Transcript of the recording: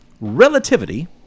Relativity